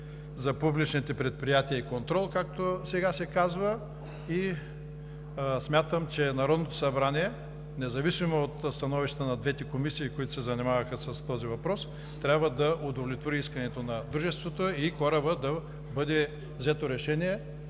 за публичните предприятия и контрол, както сега се казва, и смятам, че Народното събрание, независимо от становищата на двете комисии, които се занимаваха с този въпрос, трябва да удовлетвори искането на дружеството и да бъде взето решение,